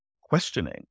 questioning